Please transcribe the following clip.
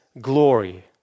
glory